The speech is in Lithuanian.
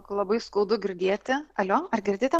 labai skaudu girdėti alio ar girdite